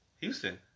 Houston